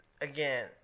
again